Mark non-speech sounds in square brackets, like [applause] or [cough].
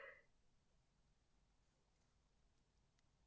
[breath]